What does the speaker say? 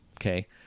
okay